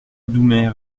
doumer